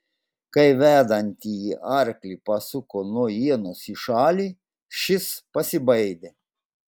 kai vedantįjį arklį pasuko nuo ienos į šalį šis pasibaidė